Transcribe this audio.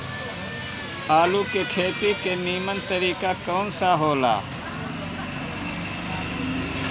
आलू के खेती के नीमन तरीका कवन सा हो ला?